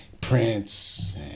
Prince